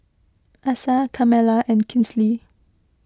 Asa Carmela and Kinsley